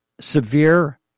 severe